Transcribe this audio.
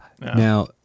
Now